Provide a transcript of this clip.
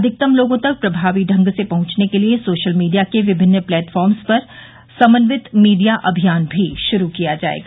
अधिकतम लोगों तक प्रभावशाली ढंग से पहुंचने के लिए सोशल मीडिया के विमिन्न प्लेटफॉर्म पर समन्वित मीडिया अभियान भी शुरू किया जाएगा